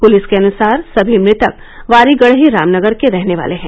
police के अनुसार सभी मृतक वारीगड़ही रामनगर के रहने वाले हैं